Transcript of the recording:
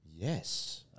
Yes